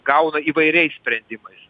gauna įvairiais sprendimais